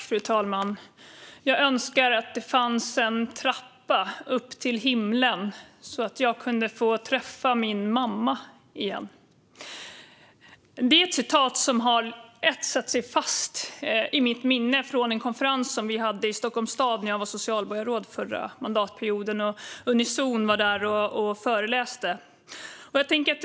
Fru talman! "Det hade varit bra med en trappa upp till himlen, så jag hade fått träffa henne." Det citatet har etsat sig fast i mitt minne från en konferens som vi hade i Stockholms stad när jag var socialborgarråd under förra mandatperioden och Unizon var där och föreläste.